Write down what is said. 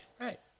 Right